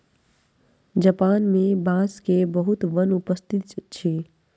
Japan मे बांस के बहुत वन उपस्थित अछि